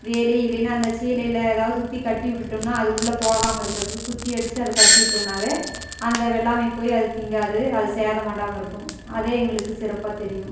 வேலி இல்லைன்னா அந்த சீலையில் எதாவது சுற்றி கட்டி விட்டுட்டோம்னா அது உள்ளே போகாமல் இக்கறதுக்கு குச்சி அடிச்சி அதை கட்டிவிட்டோம்னாவே அந்த வெள்ளாமைக்கு போய் அது திங்காது அது சேதம் பண்டாமல் இருக்கும் அதே எங்களுக்கு சிறப்பாக தெரியும்